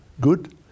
good